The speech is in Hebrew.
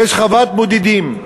יש חוות בודדים.